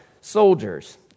soldiers